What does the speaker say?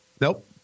Nope